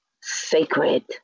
sacred